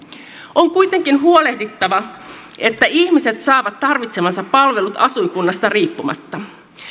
on kuitenkin huolehdittava että ihmiset saavat tarvitsemansa palvelut asuinkunnasta riippumatta